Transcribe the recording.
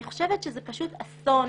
אני חושבת שזה פשוט אסון.